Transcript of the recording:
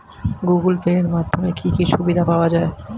Google Pay এর মাধ্যমে কি কি সুবিধা পাওয়া যায়?